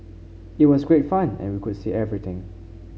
it was great fun and we could see everything